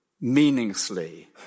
meaninglessly